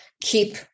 keep